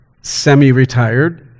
semi-retired